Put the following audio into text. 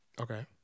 Okay